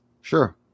Sure